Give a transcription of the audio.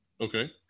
Okay